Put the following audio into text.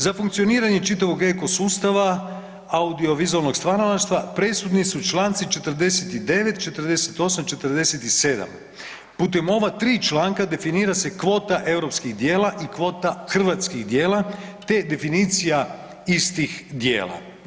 Za funkcioniranje čitavog eko sustava audiovizualnog stvaralaštva presudni su Članci 49., 48., 47., putem ova 3 članka definira se kvota europskih dijela i kvota hrvatskih dijela te definicija istih djela.